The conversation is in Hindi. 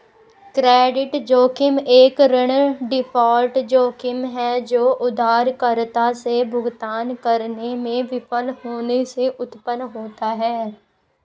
क्रेडिट जोखिम एक ऋण डिफ़ॉल्ट जोखिम है जो उधारकर्ता से भुगतान करने में विफल होने से उत्पन्न होता है